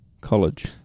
College